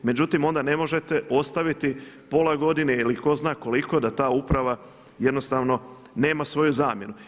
Međutim, onda ne možete ostaviti pola godine ili tko zna koliko da ta uprava jednostavno nema svoju zamjenu.